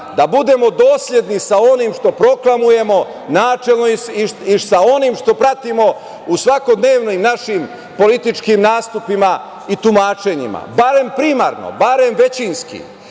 da budemo dosledni sa onim što proklamujemo načelno i sa onim što pratimo u svakodnevnim našim političkim nastupima i tumačenjima, barem primarno, barem većinski. To